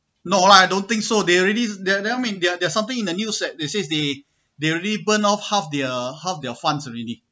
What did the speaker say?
no lah I don't think so they already they they all mean their there are something in the news that they says they they already burned off half their half their funds already